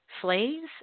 Slaves